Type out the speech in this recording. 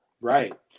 Right